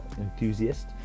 enthusiast